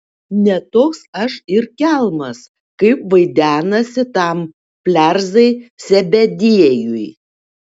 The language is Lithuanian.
ne toks aš ir kelmas kaip vaidenasi tam plerzai zebediejui